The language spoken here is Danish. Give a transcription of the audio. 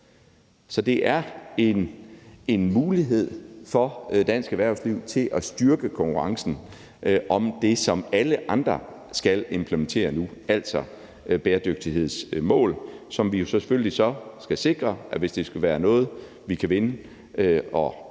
Så det er en mulighed for dansk erhvervsliv for at styrke konkurrencen om det, som alle andre skal implementere nu, altså bæredygtighedsmål, som vi selvfølgelig så skal sikre, og hvis det skal være noget, vi kan vinde og vækste